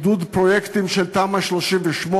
עידוד פרויקטים של תמ"א 38,